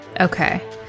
Okay